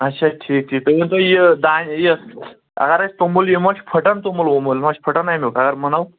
اچھا ٹھیٖک ٹھیٖک تُہۍ ؤنۍتو یہِ دانہِ یہِ اگر أسۍ توٚمُل یہِ مہ چھُ پھٕٹان توٚمُل ووٚمُل ما چھُ پھٕٹان اَمیُک اگر مٕنو